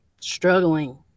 struggling